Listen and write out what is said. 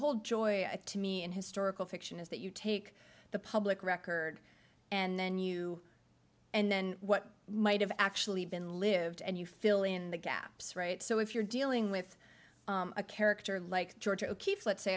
whole joy to me in historical fiction is that you take the public record and then you and then what might have actually been lived and you fill in the gaps right so if you're dealing with a character like georgia o'keefe let's say